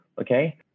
okay